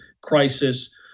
crisis